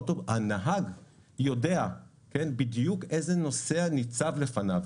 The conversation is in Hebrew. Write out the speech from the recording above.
הנהג יודע בדיוק איזה נוסע ניצב לפניו.